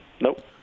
Nope